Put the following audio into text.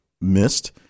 missed